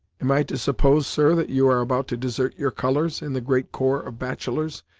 am i to suppose, sir, that you are about to desert your colours, in the great corps of bachelors,